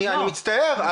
אני מצטער.